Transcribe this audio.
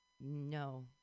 No